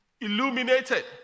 illuminated